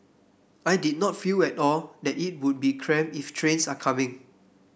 I did not feel at all that it would be cramped if trains are coming